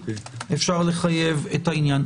אפשר לחייב את העניין.